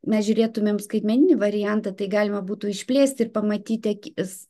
mes žiūrėtumėm skaitmeninį variantą tai galima būtų išplėsti ir pamatyti akis